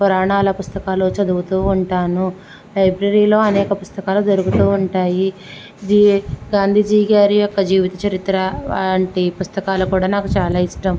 పురాణాల పుస్తకాలు చదువుతూ ఉంటాను లైబ్రరీలో అనేక పుస్తకాలు దొరుకుతూ ఉంటాయి ఈ గాంధీజీ గారి యొక్క జీవిత చరిత్ర వంటి పుస్తకాలు కూడా నాకు చాలా ఇష్టం